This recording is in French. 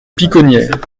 piconnières